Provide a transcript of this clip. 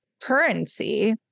currency